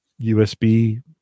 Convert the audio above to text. USB